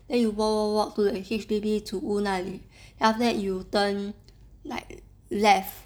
then you walk walk walk to the H_D_B 组屋那里 then after that you turn like left